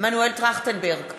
מנואל טרכטנברג,